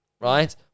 right